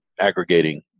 aggregating